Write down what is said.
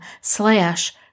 slash